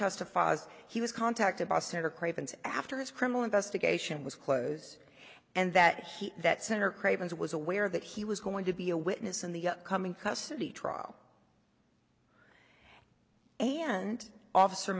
testified as he was contacted by sen craven's after his criminal investigation was close and that he that center craven's was aware that he was going to be a witness in the upcoming custody trial and officer